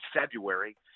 February